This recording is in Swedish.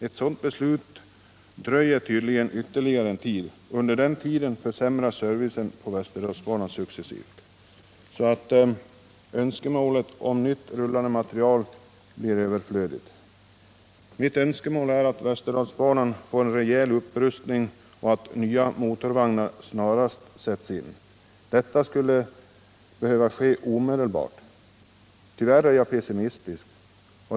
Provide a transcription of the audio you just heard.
Ett sådant beslut dröjer tydligen ytterligare, och under den tiden försämras servicen på Västerdalsbanan successivt, så att önskemålet om ny rullande materiel blir överflödigt. Mitt önskemål är att Västerdalsbanan får en rejäl upprustning, och på dessa punkter ämnar jag återkomma, samt att nya motorvagnar snarast sätts in. Det skulle behöva ske omedelbart. Tyvärr måste jag emellertid där vara pessimistisk.